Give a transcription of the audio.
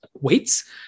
weights